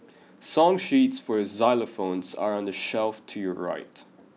song sheets for xylophones are on the shelf to your right